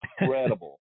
incredible